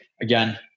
Again